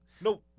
No